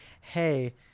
Hey